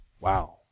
Wow